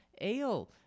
ale